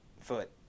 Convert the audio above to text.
Foot